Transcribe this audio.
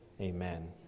Amen